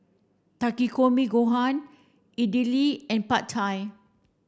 Takikomi Gohan Idili and Pad Thai